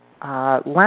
last